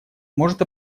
может